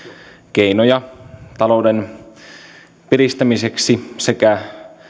keinoja talouden piristämiseksi sekä